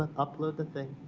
upload the thing.